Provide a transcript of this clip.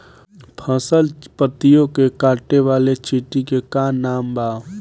फसल पतियो के काटे वाले चिटि के का नाव बा?